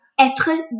être